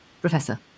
Professor